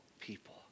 people